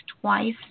twice